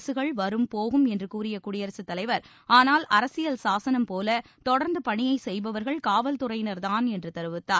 அரசுகள் வரும் போகும் என்று கூறிய குடியரசுத் தலைவர் ஆனால் அரசியல் சாசனம் போல தொடர்ந்து பணியைச் செய்பவர்கள் காவல்துறையினர்தான் என்று தெரிவித்தார்